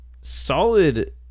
Solid